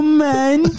man